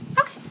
Okay